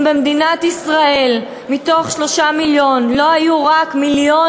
אם במדינת ישראל לא היו רק מיליון